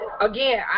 again